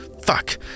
Fuck